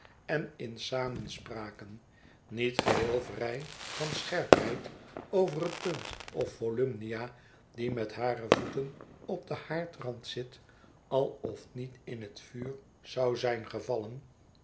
en in samenspraken niet geheel vrij van scherpheid over het punt of volumnia die met hare voeten op den haardrand zit al of niet in het vuur zou zijn gevallen